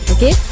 Okay